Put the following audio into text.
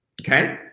Okay